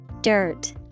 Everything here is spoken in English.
Dirt